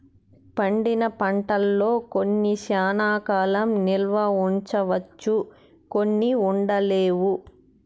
పండిన పంటల్లో కొన్ని శ్యానా కాలం నిల్వ ఉంచవచ్చు కొన్ని ఉండలేవు